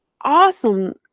awesome